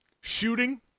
Shooting